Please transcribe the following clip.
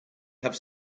have